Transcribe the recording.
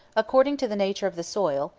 according to the nature of the soil,